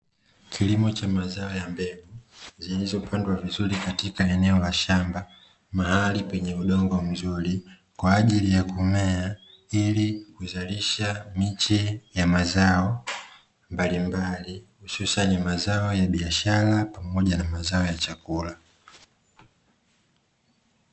Kilimo cha mazao ya mbegu zilizopandwa vizuri katika eneo la shamba, mahali penye udongo mzuri kwa ajili ya kumea ili kuzalisha miche ya mazao mbalimbali hususani mazao ya biashara pamoja na mazao ya chakula.